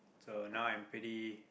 so now I'm pretty